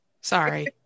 sorry